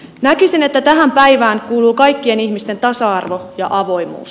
näkisin että tähän päivään kuuluu kaikkien ihmisten tasa arvo ja avoimuus